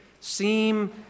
seem